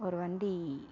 ஒரு வண்டி